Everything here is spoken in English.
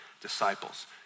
disciples